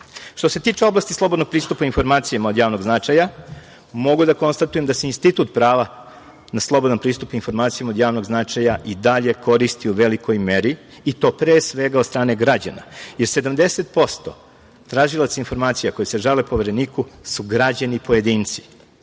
se tiče oblasti slobodnog pristupa informacijama od javnog značaja, mogu da konstatujem da se institut prava na slobodan pristup informacijama od javnog značaja i dalje koristi u velikoj meri, i to pre svega od strane građana. Jer, 70% tražilaca informacija koji se žale Povereniku su građani pojedinci,